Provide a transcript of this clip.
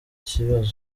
kibazo